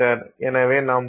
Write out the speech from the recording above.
எனவே நாம் 0